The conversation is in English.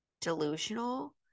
delusional